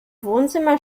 wohnzimmer